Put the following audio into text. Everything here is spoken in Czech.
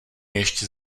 ještě